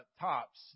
tops